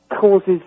causes